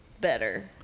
better